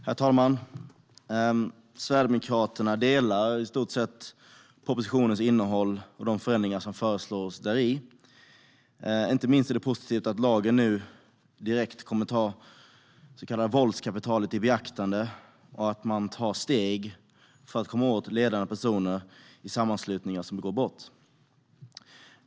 Herr talman! Sverigedemokraterna instämmer i stort i propositionens innehåll och de förändringar som föreslås däri. Inte minst är det positivt att lagen nu direkt kommer att ta det så kallade våldskapitalet i beaktande och att man tar steg för att rikta in sig på att komma åt ledande personer i sammanslutningar som begår brott.